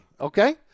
Okay